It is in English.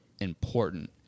important